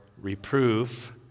reproof